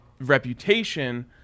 reputation